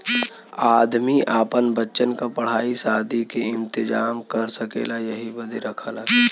आदमी आपन बच्चन क पढ़ाई सादी के इम्तेजाम कर सकेला यही बदे रखला